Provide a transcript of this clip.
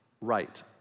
right